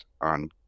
on